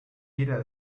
jeder